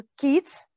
kids